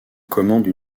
commande